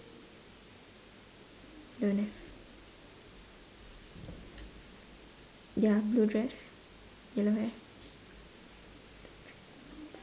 don't have ya blue dress yellow hair